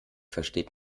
versteht